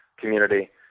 community